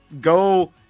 go